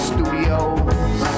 Studios